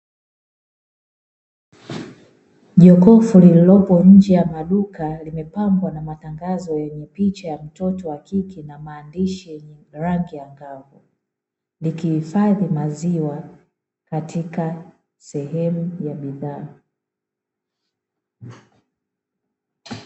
Jokofu lililopo nje ya maduka, limepambwa na matangazo yenye picha ya mtoto wa kike na maandishi yenye rangi ya kahawia, likihifadhi maziwa katika sehemu ya bidhaa.